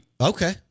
okay